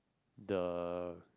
the